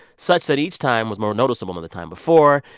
such that each time was more noticeable than the time before.